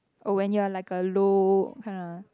oh when you are like a low kinda